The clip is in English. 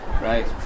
right